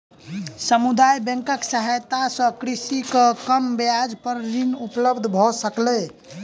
समुदाय बैंकक सहायता सॅ कृषक के कम ब्याज पर ऋण उपलब्ध भ सकलै